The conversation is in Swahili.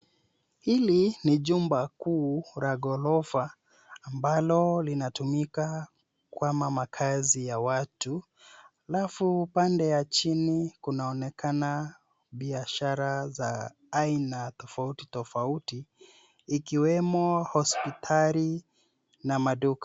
Hili ni jumba kuu la ghorofa ambalo linatumika kwa makazi ya watu, halafu pande ya chinii kunaonekanaa biasharaa za aina tofauti tofauti, ikiwemo hospitali na maduka.